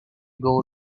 goal